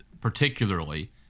particularly